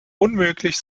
unmöglich